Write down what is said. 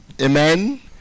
Amen